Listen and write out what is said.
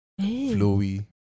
flowy